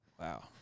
Wow